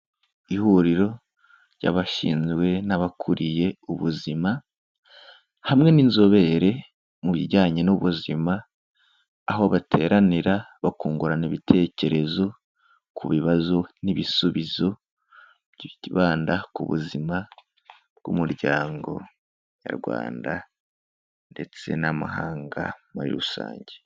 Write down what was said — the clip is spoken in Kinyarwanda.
Ihuriro ry'abashinzwe n'abakuriye ubuzima, hamwe n'inzobere mu bijyanye n'ubuzima, aho bateranira bakungurana ibitekerezo ku bibazo n'ibisubizo byibanda ku buzima bw'umuryango nyarwanda ndetse n'amahanga muri rusange.